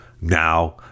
now